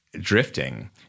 drifting